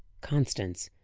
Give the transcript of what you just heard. constance,